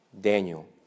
Daniel